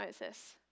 Moses